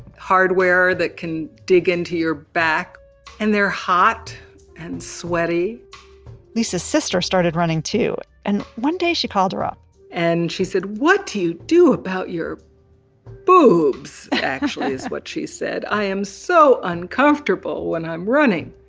hardware that can dig into your back and they're hot and sweaty lisa's sister started running too and one day she called her up and she said, what do you do about your boobs? actually, is what she said. i am so uncomfortable when i'm running.